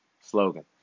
slogan